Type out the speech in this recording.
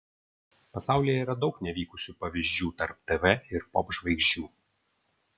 pasaulyje yra daug nevykusių pavyzdžių tarp tv ir popžvaigždžių